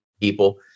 people